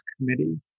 committee